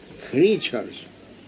creatures